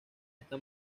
esta